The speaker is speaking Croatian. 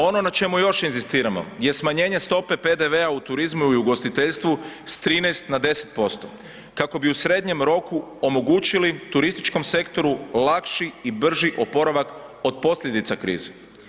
Ono na čemu još inzistiramo je smanjenje stope PDV-a u turizmu i u ugostiteljstvu s 13 na 10% kako bi u srednjem roku omogućili turističkom sektoru lakši i brži oporavak od posljedica krize.